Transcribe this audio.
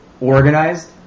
organized